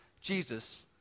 Jesus